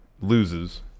loses